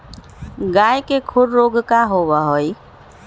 गाय के खुर रोग का होबा हई?